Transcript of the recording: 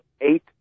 eight